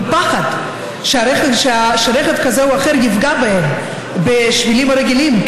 בפחד שרכב כזה או אחר יפגע בהם בשבילים הרגילים,